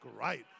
great